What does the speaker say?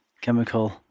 chemical